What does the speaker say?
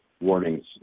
warnings